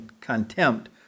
contempt